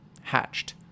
hatched